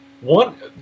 one